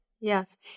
yes